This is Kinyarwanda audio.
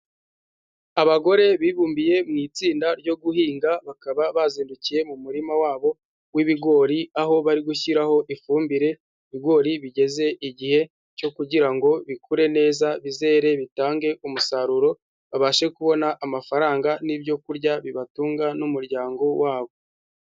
Abagore bibumbiye mu itsinda ryo guhinga bakaba bazindukiye mu murima wabo w'ibigori aho bari gushyiraho ifumbire, ibigori bigeze igihe cyo kugira ngo bikure neza bizere bitange umusaruro, babashe kubona amafaranga n'ibyo kurya bibatunga n'umuryango wabo.